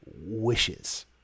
wishes